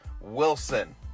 Wilson